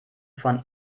von